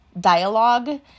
dialogue